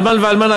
אלמן ואלמנה,